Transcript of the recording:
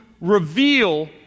reveal